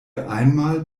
einmal